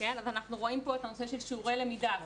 אנחנו רואים פה את הנושא של שיעורי למידה,